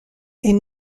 est